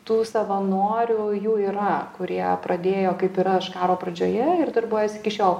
tų savanorių jų yra kurie pradėjo kaip ir aš karo pradžioje ir darbuojasi iki šiol